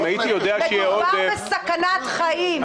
אם הייתי יודע שיהיה עודף --- מדובר בסכנת חיים.